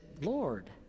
Lord